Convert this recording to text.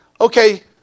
Okay